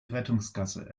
rettungsgasse